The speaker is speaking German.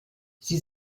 sie